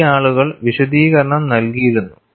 ഈ ആളുകൾ വിശദീകരണം നൽകിയിരുന്നു